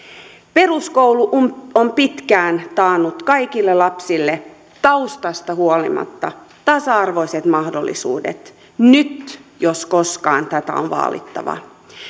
peruskoulu on pitkään taannut kaikille lapsille taustasta huolimatta tasa arvoiset mahdollisuudet nyt jos koskaan tätä on vaalittava